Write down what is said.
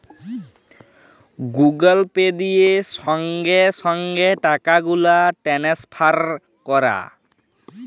Google Pay দিয়ে সংগে সংগে টাকাগুলা টেলেসফার ক্যরা